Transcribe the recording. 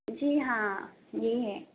جی ہاں فری ہیں